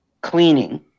cleaning